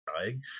dying